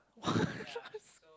what